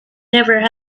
never